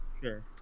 Sure